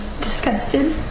disgusted